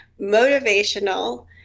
Motivational